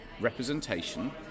representation